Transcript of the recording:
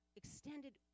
extended